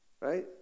Right